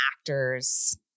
actors